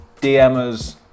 DMers